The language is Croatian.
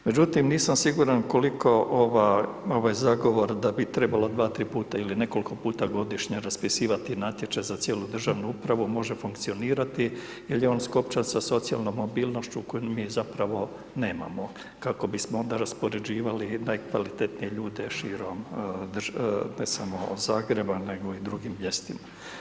Međutim nisam siguran koliko ova, ovaj zagovor da bi trebala dva, tri puta ili nekoliko puta godišnje raspisivati natječaj za cijelu državnu upravu može funkcionirati jer je on skopčan sa socijalnom mobilnošću koju mi zapravo nemamo, kako bismo onda raspoređivali najkvalitetnije ljude širom ne samo Zagreba nego i drugim mjestima.